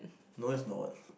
no it's not